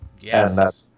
Yes